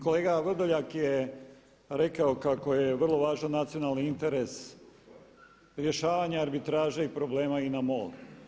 Kolega Vrdoljak je rekao kako je vrlo važan nacionalni interes rješavanja arbitraže i problema INA MOL.